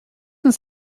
uns